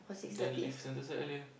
then leave Sentosa earlier